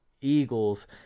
Eagles